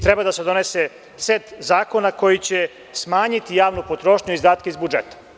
Treba da se donese set zakona koji će smanjiti javnu potrošnju i izdatke iz budžeta.